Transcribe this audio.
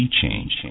change